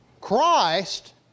Christ